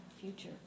future